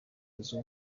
uzwi